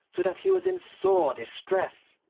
so that he was in sore distress.